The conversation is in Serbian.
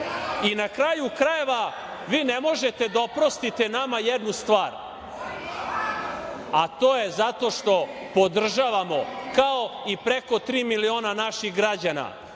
kraju krajeva, vi ne možete da oprostite nama jednu stvar, a to je zato što podržavamo, kao i preko tri miliona naših građana,